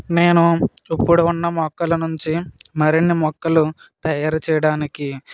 నేను ఇప్పుడు ఉన్న మొక్కల నుంచి మరిన్ని మొక్కలు తయారు చేయడానికి